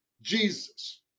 Jesus